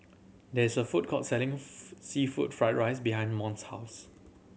there is a food court selling seafood fried rice behind Mont's house